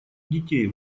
детей